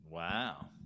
Wow